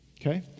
Okay